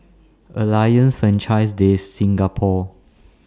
Alliance Francaise De Singapour